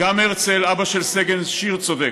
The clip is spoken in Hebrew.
גם הרצל, אבא של סגן שיר, צודק.